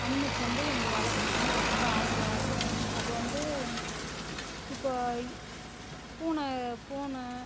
animals வந்து எனக்கு வளக்கிறதுக்குன்னு ரொம்ப ஆசை அப்றம் வந்து இப்போது பூனை பூனை